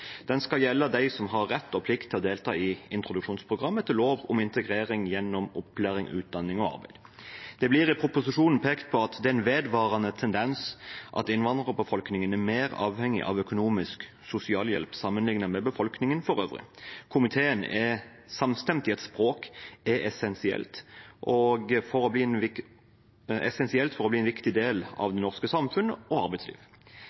Den skal gjelde dem som har rett og plikt til å delta i introduksjonsprogrammet etter lov om integrering gjennom opplæring, utdanning og arbeid. Det blir i proposisjonen pekt på at det er en vedvarende tendens at innvandrerbefolkningen er mer avhengig av økonomisk sosialhjelp enn befolkningen for øvrig. Komiteen er samstemt i at språk er essensielt for å bli en viktig del av det norske samfunnet og arbeidslivet. Derfor er det viktig